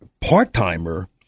part-timer